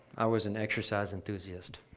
i was an exercise enthusiast.